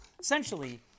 essentially